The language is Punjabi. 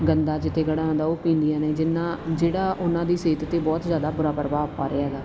ਗੰਦਾ ਜਿੱਥੇ ਖੜ੍ਹਾ ਹੁੰਦਾ ਉਹ ਪੀਂਦੀਆਂ ਨੇ ਜਿਹਨਾਂ ਜਿਹੜਾ ਉਹਨਾਂ ਦੀ ਸਿਹਤ 'ਤੇ ਬਹੁਤ ਜ਼ਿਆਦਾ ਬੁਰਾ ਪ੍ਰਭਾਵ ਪਾ ਰਿਹਾ ਹੈਗਾ